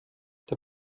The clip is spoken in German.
der